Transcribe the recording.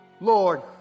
Lord